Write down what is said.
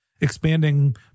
expanding